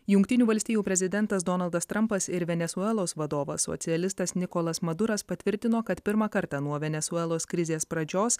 jungtinių valstijų prezidentas donaldas trampas ir venesuelos vadovas socialistas nikolas maduras patvirtino kad pirmą kartą nuo venesuelos krizės pradžios